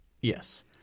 Yes